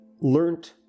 learned